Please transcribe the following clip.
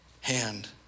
hand